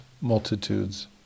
multitudes